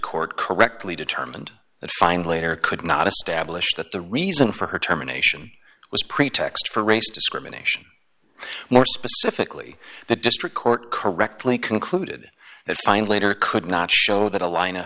court correctly determined that find later could not establish that the reason for her terminations was pretext for race discrimination more specifically the district court correctly concluded that find later could not show that a line